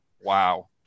wow